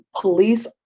police